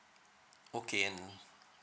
okay and